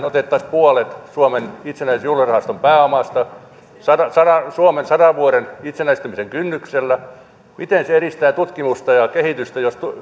otettaisiin puolet suomen itsenäisyyden juhlarahaston pääomasta suomen sadan vuoden itsenäisyyden kynnyksellä miten se edistää tutkimusta ja kehitystä jos